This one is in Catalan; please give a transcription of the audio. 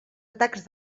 atacs